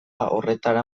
horretara